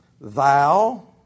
Thou